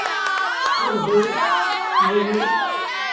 ᱠᱟᱹᱣᱦᱟᱹ ᱢᱩᱨᱩᱫᱽ